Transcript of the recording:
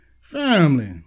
Family